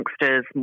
youngsters